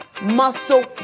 muscle